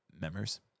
members